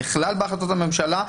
נכלל בהחלטות הממשלה.